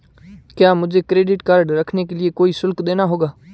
क्या मुझे credit card रखने के लिए कोई शुल्क देना होगा?